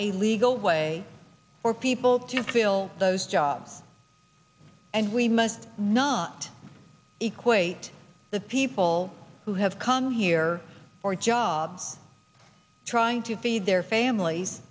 a legal way for people to fill those jobs and we must not equate the people who have come here for jobs to feed their families